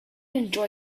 enjoy